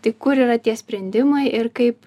tai kur yra tie sprendimai ir kaip